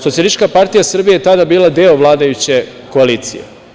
Socijalistička partija Srbije je tada bila deo vladajuće koalicije.